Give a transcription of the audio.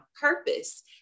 purpose